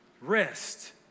Rest